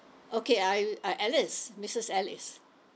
okay I I alice missus alice